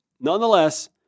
Nonetheless